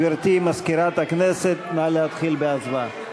גברתי מזכירת הכנסת, נא להתחיל בהצבעה.